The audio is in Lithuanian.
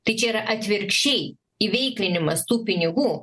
tai čia yra atvirkščiai įveiklinimas tų pinigų